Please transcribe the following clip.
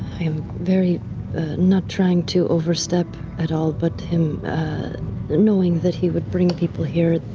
i am very not trying to overstep at all, but him knowing that he would bring people here,